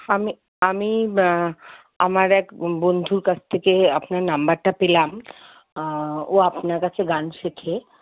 আমি আমি আমার এক বন্ধুর কাছ থেকে আপনার নাম্বারটা পেলাম ও আপনার কাছে গান শেখে